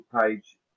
page